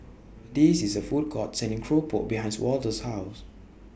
This IS A Food Court Selling Keropok behind Wardell's House